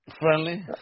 Friendly